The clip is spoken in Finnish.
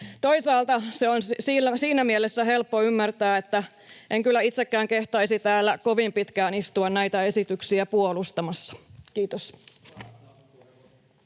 Toisaalta se on siinä mielessä helppo ymmärtää, että en kyllä itsekään kehtaisi täällä kovin pitkään istua näitä esityksiä puolustamassa. — Kiitos.